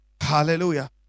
Hallelujah